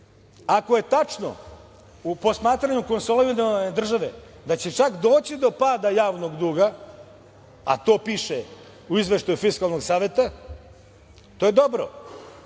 je tačno u posmatranju konsolidovane države da će čak doći do pada javnog duga, a to piše u izveštaju Fiskalnog saveta, to je dobro. Druga